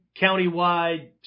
countywide